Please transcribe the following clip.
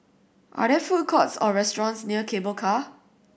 are there food courts or restaurants near Cable Car